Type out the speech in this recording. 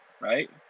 right